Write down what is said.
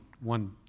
one